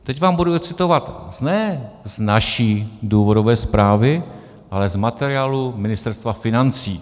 Teď vám budu recitovat ne z naší důvodové zprávy, ale z materiálu Ministerstva financí.